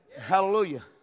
hallelujah